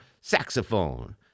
saxophone